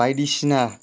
बायदिसिना